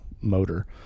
motor